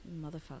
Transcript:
Motherfucker